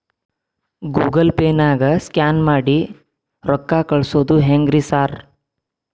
Google ಪೇನಾಗ scan ಮಾಡಿ ರೊಕ್ಕಾ ಕಳ್ಸೊದು ಹೆಂಗ್ರಿ ಸಾರ್?